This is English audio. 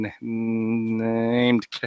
named